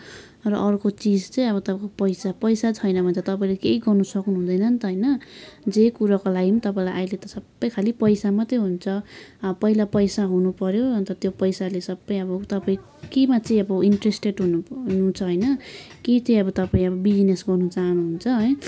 र अर्को चिज चाहिँ अब पैसा पैसा छैन भने चाहिँ तपाईँले केही गर्न सक्नु हुँदैन नि त होइन जे कुराको लागि पनि तपाईँलाई अहिले त खालि पैसा मात्रै हुन्छ पहिला पैसा हुनु पऱ्यो अन्त त्यो पैसाले सबै अब तपाईँ केमा चाहिँ अब इन्ट्रेस्टेड हुनुहुन्छ होइन के चाहिँ अब तपाईँ अब बिजिनेस गर्न चाहनुहुन्छ